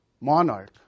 monarch